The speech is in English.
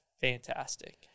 fantastic